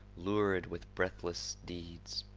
lurid with breathless deeds.